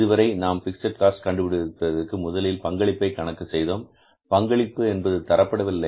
இதுவரை நாம் fixed cost கண்டுபிடிப்பதற்கு முதலில் பங்களிப்பை கணக்கு செய்தோம் பங்களிப்பு என்பது தரப்படவில்லை